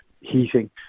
heating